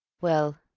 well,